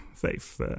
faith